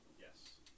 Yes